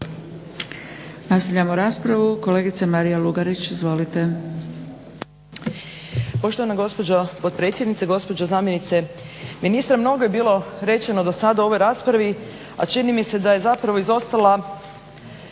Nastavljamo raspravu. Kolegica Marija Lugarić, izvolite. **Lugarić, Marija (SDP)** Poštovana gospođo potpredsjednice, gospođo zamjenice ministra. Mnogo je bilo rečeno do sada u ovoj raspravi, a čini mi se da je zapravo izostala